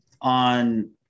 on